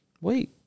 Wait